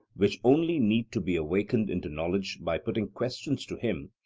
which only need to be awakened into knowledge by putting questions to him,